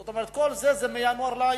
זאת אומרת, כל זה מינואר להיום.